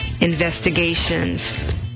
investigations